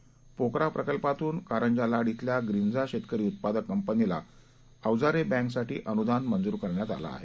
पोकरा प्रकल्पातून कारंजा लाड क्विल्या ग्रीन्झा शेतकरी उत्पादक कंपनीला अवजारे बँकसाठी अनुदान मंजूर करण्यात आलं आहे